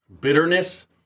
bitterness